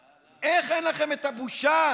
איך אין לכם את הבושה?